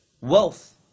wealth